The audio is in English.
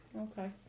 Okay